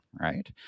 right